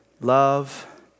love